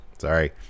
Sorry